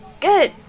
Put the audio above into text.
Good